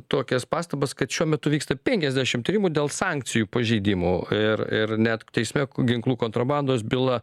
tokias pastabas kad šiuo metu vyksta penkiasdešimt tyrimų dėl sankcijų pažeidimų ir ir net teisme ginklų kontrabandos byla